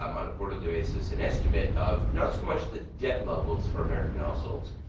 um on a quarterly basis, an estimate of not so much the debt levels for american households,